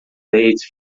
dates